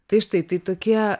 tai štai tai tokie